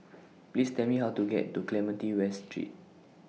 Please Tell Me How to get to Clementi West Street